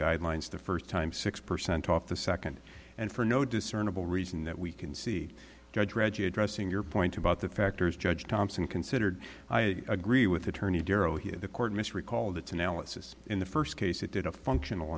guidelines the first time six percent off the second and for no discernible reason that we can see judge reggie addressing your point about the factors judge thompson considered i agree with attorney darrow here the court miss recall that analysis in the first case it did a functional